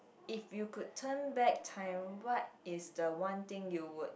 if you could turn back time what is the one thing you would